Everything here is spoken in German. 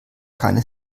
keine